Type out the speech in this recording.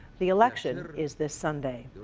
the election is this sunday.